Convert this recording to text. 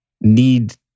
need